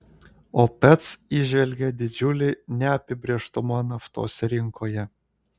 opec įžvelgia didžiulį neapibrėžtumą naftos rinkoje